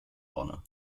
honor